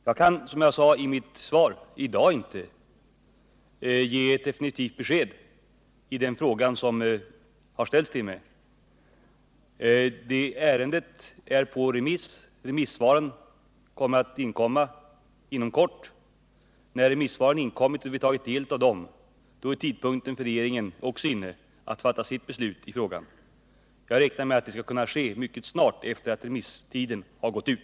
Jag kan, som jag sade i mitt svar, i dag inte ge ett definitivt svar på den fråga som ställts till mig. Ärendet är ute på remiss. Remissvaren kommer inom kort. När vi tagit del av svaren är tidpunkten inne för regeringen att fatta sitt beslut i frågan. Jag räknar med att det skall kunna ske mycket snart efter det att remisstiden gått ut.